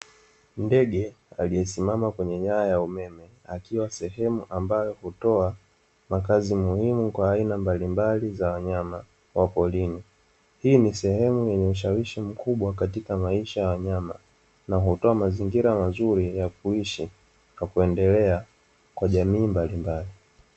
Ndege aliyesimama kwenye nyaya ya umeme akiwa sehemu ambayo hutoa makazi muhimu kwa aina mbalimbali za wanyama wa porini. Hii ni sehemu yenye ushawishi mkubwa katika maisha ya wanyama na hutoa mazingira mazuri ya kuishi na kuendelea kwa jamii mbalimbali.